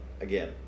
Again